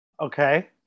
Okay